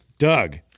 Doug